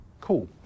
Cool